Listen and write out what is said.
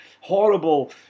horrible